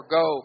go